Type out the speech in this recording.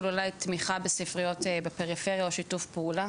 אולי תמיכה ספריות בפריפריה או שיתוף פעולה.